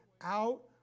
out